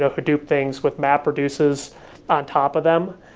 ah hadoop things, with mapreduces on top of them.